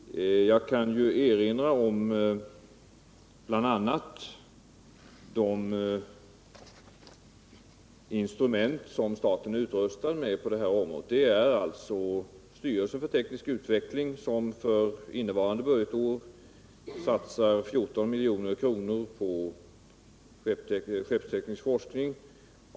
Jag kan erinra om vilka instrument som staten är utrustad med på detta område. Styrelsen för teknisk utveckling satsar alltså för innevarande budgetår 14 milj.kr. på skeppsteknisk forskning.